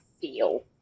feel